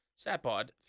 Satpod